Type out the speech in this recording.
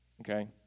Okay